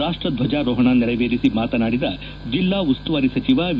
ರಾಷ್ಟದ್ವಚಾರೋಹಣ ನೆರವೇರಿಸಿ ಮಾತನಾಡಿದ ಜೆಲ್ಲಾ ಉಸ್ತುವಾರಿ ಸಚಿವ ವಿ